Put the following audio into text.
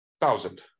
Thousand